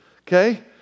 okay